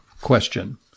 question